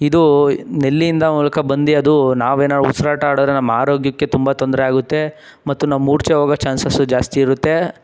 ಇದು ನಲ್ಲಿಯಿಂದ ಮೂಲಕ ಬಂದು ಅದು ನಾವೇನಾರೂ ಉಸಿರಾಟ ಆಡಿದ್ರೆ ನಮ್ಮ ಆರೋಗ್ಯಕ್ಕೆ ತುಂಬ ತೊಂದರೆ ಆಗುತ್ತೆ ಮತ್ತು ನಾವು ಮೂರ್ಛೆ ಹೋಗೋ ಚಾನ್ಸಸ್ಸು ಜಾಸ್ತಿ ಇರುತ್ತೆ